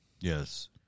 Yes